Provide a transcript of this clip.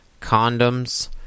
condoms